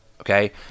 okay